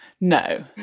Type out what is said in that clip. No